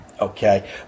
okay